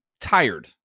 tired